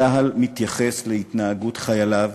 צה"ל מתייחס להתנהגות חייליו